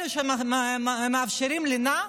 אלה שמאפשרים לינה,